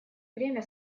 время